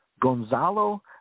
Gonzalo